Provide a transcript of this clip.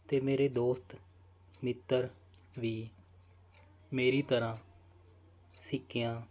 ਅਤੇ ਮੇਰੇ ਦੋਸਤ ਮਿੱਤਰ ਵੀ ਮੇਰੀ ਤਰ੍ਹਾਂ ਸਿੱਕਿਆਂ